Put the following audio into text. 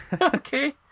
okay